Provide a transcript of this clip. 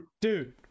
dude